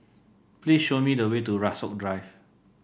please show me the way to Rasok Drive